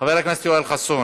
חבר הכנסת יואל חסון,